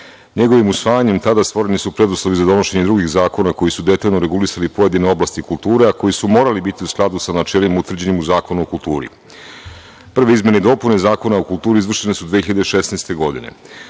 Njegovim usvajanjem tada stvoreni su preduslovi za donošenje drugih zakona koji su detaljno regulisali pojedine oblasti kulture, a koji su morali biti u skladu sa načelima utvrđenim u Zakonu o kulturi. Prve izmene i dopune Zakona o kulturi izvršene su 2016. godine.